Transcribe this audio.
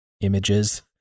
images